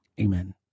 amen